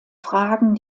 fragen